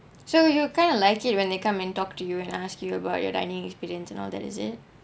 so you kind of like it when they come and talk to you and ask you about your dining experience and all that is it